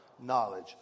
Knowledge